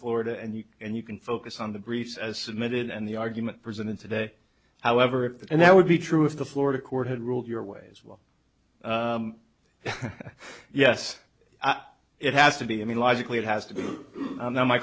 florida and you and you can focus on the briefs as submitted and the argument presented today however if that would be true if the florida court had ruled your way as well yes it has to be i mean logically it has to be